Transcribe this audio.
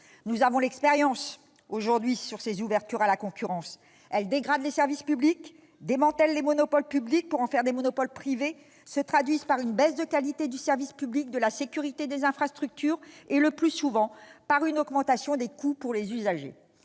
Nous avons l'expérience aujourd'hui de ces ouvertures à la concurrence : elles dégradent les services publics, démantèlent les monopoles publics pour en faire des monopoles privés, se traduisent par une baisse de qualité du service public, de la sécurité des infrastructures et, le plus souvent, par une augmentation des coûts pour les usagers.